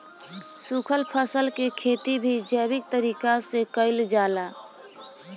सुखल फल के खेती भी जैविक तरीका से कईल जाला